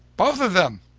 both of them.